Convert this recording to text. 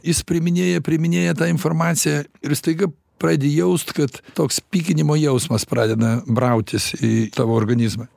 jis priiminėja priiminėja tą informaciją ir staiga pradedi jaust kad toks pykinimo jausmas pradeda brautis į tavo organizmą